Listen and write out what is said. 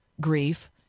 grief